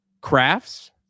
crafts